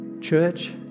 Church